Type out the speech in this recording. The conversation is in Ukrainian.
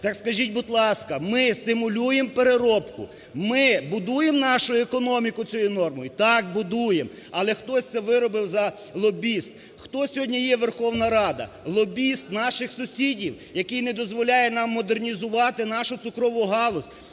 Так скажіть, будь ласка, ми стимулюємо переробку? Ми будуємо нашу економіку цією нормою? Так, будуємо. Але хтось це виробив за… лобіст. Хто сьогодні є Верховна Рада? Лобіст наших сусідів, який не дозволяє нам модернізувати нашу цукрову галузь